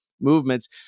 movements